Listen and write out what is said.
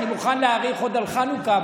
אני מוכן להאריך עוד על חנוכה,